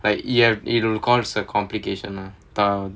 like it'll it'll because a complication mm um